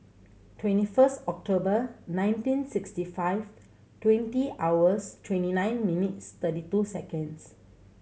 twenty first October nineteen sixty five twenty hours twenty nine minutes thirty two seconds